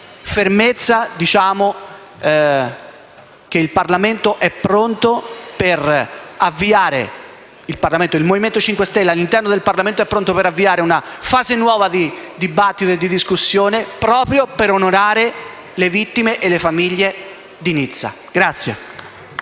5 Stelle all'interno del Parlamento è pronto ad avviare una fase nuova di dibattito e di discussione proprio per onorare le vittime e le famiglie di Nizza.